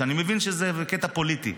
שאני מבין שזה קטע פוליטי,